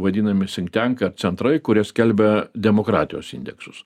vadinami sintenka centrai kurie skelbia demokratijos indeksus